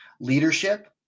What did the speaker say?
leadership